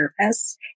service